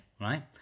right